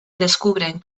descubren